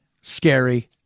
scary